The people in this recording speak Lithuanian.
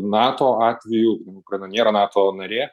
nato atveju ukraina nėra nato narė